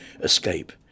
escape